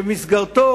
שבמסגרתו,